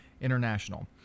International